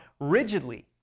rigidly